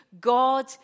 God